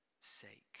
sake